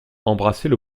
embrassait